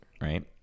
right